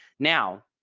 now